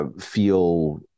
Feel